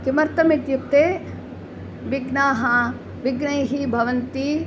किमर्थमित्युक्ते विघ्नाः विघ्नैः भवन्ति